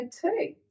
two